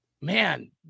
Man